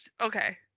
Okay